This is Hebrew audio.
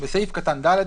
(5)בסעיף קטן (ד),